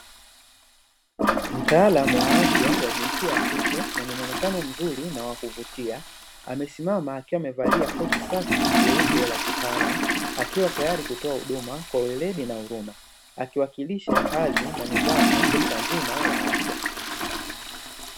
Mtaalamu wa afya wa jinsia ya kike mwenye mwonekano mzuri na wa kuvutia amesimama akiwa amevalia koti safi jeupe la kitaalamu, akiwa tayari kutoa huduma kwa weledi na huruma akiwakilisha hadhi na nidhamu ya sekta nzima ya afya.